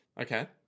Okay